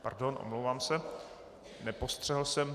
Pardon, omlouvám se, nepostřehl jsem.